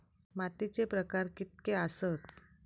मातीचे प्रकार कितके आसत?